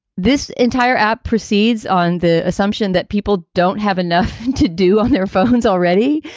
this entire app precedes on the assumption that people don't have enough to do on their phones already.